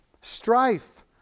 strife